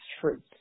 fruits